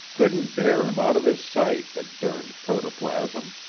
couldn't bear im out of is sight, the derned protoplasm!